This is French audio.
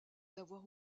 d’avoir